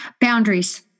Boundaries